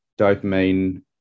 dopamine